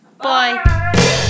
Bye